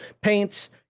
Paints